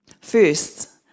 First